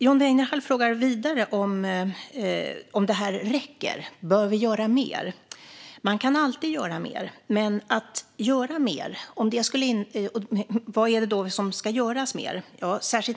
John Weinerhall frågar vidare om det här räcker. Bör vi göra mer? Man kan alltid göra mer, men vad är det som ska göras mer?